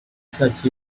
such